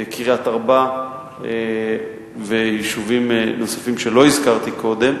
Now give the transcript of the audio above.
קריית-ארבע ויישובים נוספים שלא הזכרתי קודם.